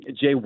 Jay